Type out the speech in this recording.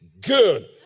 good